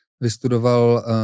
Vystudoval